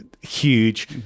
huge